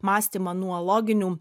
mąstymą nuo loginių